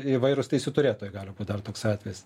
įvairūs teisių turėtojai gali būt dar toks atvejis